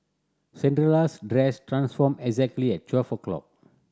Cinderella's dress transformed exactly at twelve o'clock